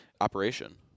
operation